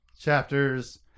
chapters